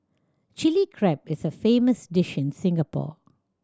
Chilli Crab is a famous dish in Singapore